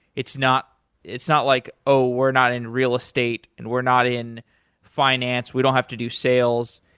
it's not it's not like, oh, we're not in real estate and we're not in finance. we don't have to do sales.